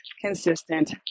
consistent